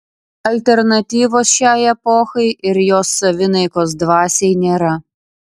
alternatyvos šiai epochai ir jos savinaikos dvasiai nėra